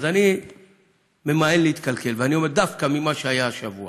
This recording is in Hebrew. אז אני ממאן להתקלקל ואני אומר: דווקא ממה שהיה השבוע,